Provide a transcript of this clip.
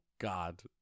God